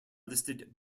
listed